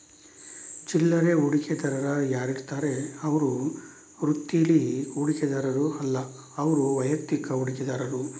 ಚಿಲ್ಲರೆ ಹೂಡಿಕೆದಾರ ಯಾರಿರ್ತಾರೆ ಅವ್ರು ವೃತ್ತೀಲಿ ಹೂಡಿಕೆದಾರರು ಅಲ್ಲ ಅವ್ರು ವೈಯಕ್ತಿಕ ಹೂಡಿಕೆದಾರರು